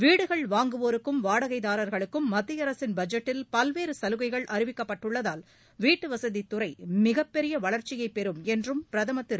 வீடுகள் வாங்குவோருக்கும் வாடகைதாரர்களுக்கும் மத்திய அரசின் பட்ஜெட்டில் பல்வேறு சலுகைகள் அறிவிக்கப்பட்டுள்ளதால் வீட்டுவசதித் துறை மிகப் பெரிய வளர்ச்சியை பெறும் என்றும் பிரதமர் திரு